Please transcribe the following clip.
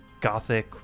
gothic